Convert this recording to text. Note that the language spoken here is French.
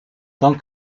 tant